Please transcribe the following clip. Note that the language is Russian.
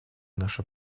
наша